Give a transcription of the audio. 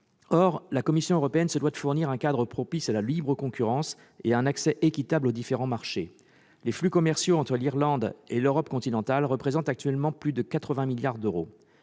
douanière. Or elle se doit de fournir un cadre propice à la libre concurrence et un accès équitable aux différents marchés. Les flux commerciaux entre l'Irlande et l'Europe continentale représentent actuellement plus de 80 milliards d'euros.